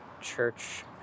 church